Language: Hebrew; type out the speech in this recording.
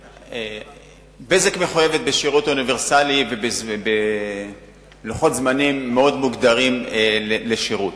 "בזק" מחויבת בשירות אוניברסלי ובלוחות זמנים מאוד מוגדרים לשירות.